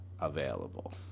available